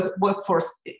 workforce